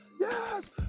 yes